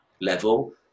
level